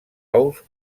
ous